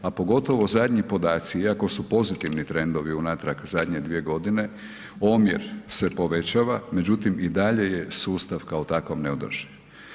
A pogotovo zadnji podaci, iako su pozitivni trendovi unatrag zadnje dvije godine, omjer se povećava, međutim i dalje je sustav kao takav neodrživ.